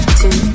two